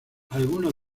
algunos